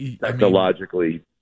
technologically